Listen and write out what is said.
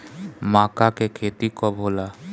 माका के खेती कब होला?